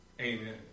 Amen